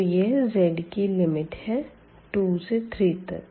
तो यह zकी लिमिट है 2 से 3तक